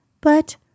But